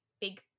big